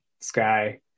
sky